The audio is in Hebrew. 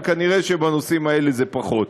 אבל כנראה בנושאים האלה פחות.